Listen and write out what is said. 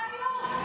אתה היושב-ראש,